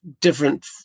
different